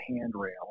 handrail